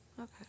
Okay